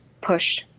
push